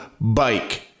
bike